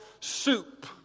soup